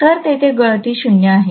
तर तेथे गळती 0 आहे